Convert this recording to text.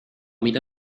mida